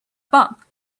bump